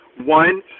One